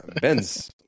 Ben's